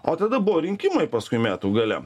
o tada buvo rinkimai paskui metų gale